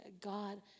God